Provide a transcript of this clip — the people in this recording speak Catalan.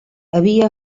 havia